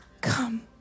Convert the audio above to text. come